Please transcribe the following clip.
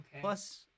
Plus